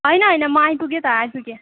होइन होइन म आइपुगेँ त आइपुगेँ